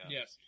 Yes